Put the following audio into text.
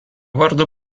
vardu